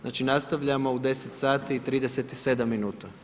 Znači nastavljamo u 10 sati i 37 minuta.